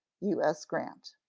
u s. grant.